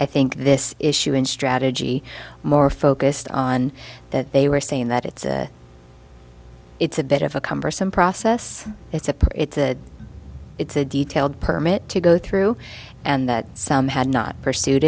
i think this issue in strategy more focused on that they were saying that it's it's a bit of a cumbersome process it's a it's a it's a detailed permit to go through and that some had not pursued